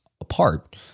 apart